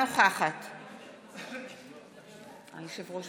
אינו נוכח אוסנת הילה מארק,